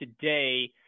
today